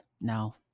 No